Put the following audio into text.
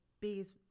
biggest